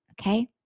Okay